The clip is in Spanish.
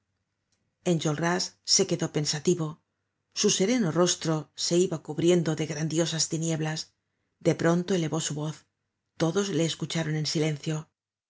enjolras se quedó pensativo su sereno rostro se iba cubriendo de grandiosas tinieblas de pronto elevó su voz todos le escucharon en silencio